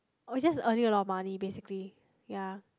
or is just earning a lot of money basically ya